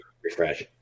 Refresh